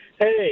Hey